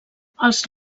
els